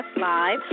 live